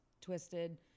twisted